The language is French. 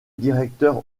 directeur